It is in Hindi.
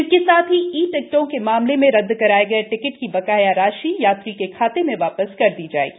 इसके साथ ही ई टिकटों के मामले में रद्द कराए गए टिकट की बकाया राशि यात्री के खाते में वापस कर दी जाएगी